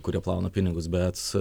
kurie plauna pinigus bet